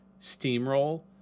steamroll